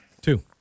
Two